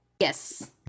yes